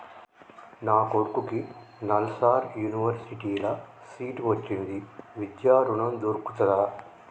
నా కొడుకుకి నల్సార్ యూనివర్సిటీ ల సీట్ వచ్చింది విద్య ఋణం దొర్కుతదా?